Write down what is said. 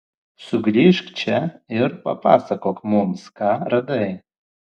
sugrįžk čia ir papasakok mums ką radai